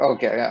Okay